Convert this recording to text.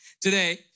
Today